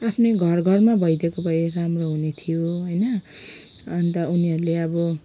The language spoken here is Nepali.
आफ्नै घर घरमा भइदिएको भए राम्रो हुने थियो होइन अन्त उनिहरूले अब